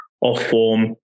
off-form